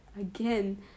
again